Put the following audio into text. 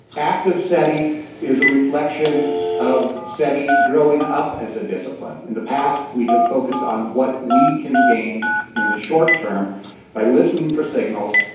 active seti is a reflection of seti growing up as a discipline. in the past we have focused on what we can gain in the short term by listening for signals.